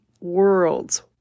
worlds